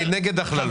אני נגד הכללות.